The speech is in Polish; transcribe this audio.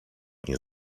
nie